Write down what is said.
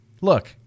look